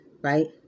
right